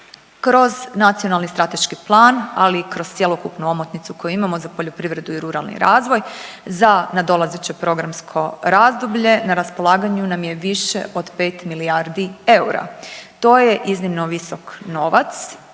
Kroz nacionalni strateški plan, ali i kroz cjelokupnu omotnicu koju imamo za poljoprivrednu i ruralni razvoj za nadolazeće programsko razdoblje na raspolaganju nam je više od 5 milijardi eura. To je iznimno visok novac